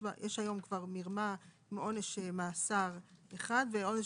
יש היום כבר מרמה עם עונש מאסר אחד ועונש